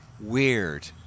Weird